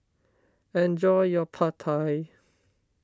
enjoy your Pad Thai